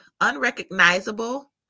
unrecognizable